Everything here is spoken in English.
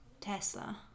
Tesla